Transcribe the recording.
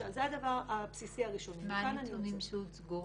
מה הנתונים שהוצגו?